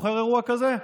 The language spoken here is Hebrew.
זוכר אירוע כזה?